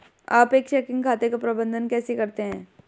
आप एक चेकिंग खाते का प्रबंधन कैसे करते हैं?